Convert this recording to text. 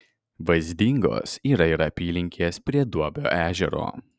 vaizdingos yra ir apylinkės prie duobio ežero